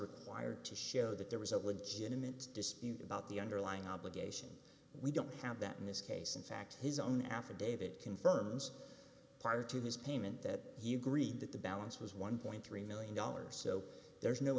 required to show that there was a legitimate dispute about the underlying obligations we don't have that in this case in fact his own affidavit confirms prior to his payment that he agreed that the balance was one point three million dollars so there's no